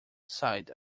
sighed